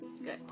good